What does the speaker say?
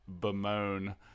bemoan